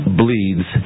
bleeds